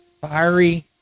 fiery